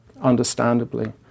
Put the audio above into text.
understandably